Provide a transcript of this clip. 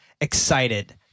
excited